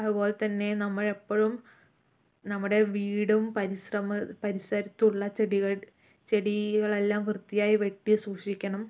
അതുപോലെ തന്നെ നമ്മൾ എപ്പോഴും നമ്മുടെ വീടും പരിശ്രമ പരിസരത്തുള്ള ചെടികളും ചെടികൾ എല്ലാം വൃത്തിയായി വെട്ടി സൂക്ഷിക്കണം